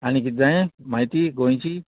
आनी किदें जायें म्हायती गोंयची